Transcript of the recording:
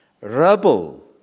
rubble